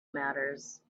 matters